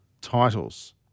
titles